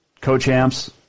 co-champs